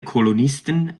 kolonisten